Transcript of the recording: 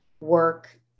work